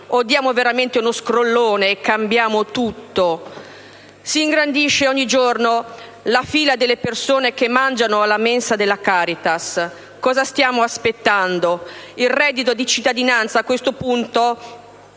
O diamo veramente uno scrollone e cambiamo tutto? Si ingrandisce ogni giorno la fila delle persone che mangiano alla mensa della Caritas. Cosa stiamo aspettando? Il reddito di cittadinanza a questo punto